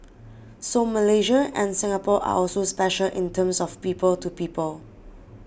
so Malaysia and Singapore are also special in terms of people to people